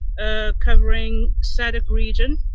covering sadc region.